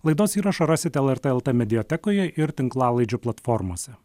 laidos įrašą rasite lrt lt mediatekoje ir tinklalaidžių platformose